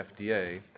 FDA